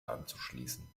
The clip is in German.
anzuschließen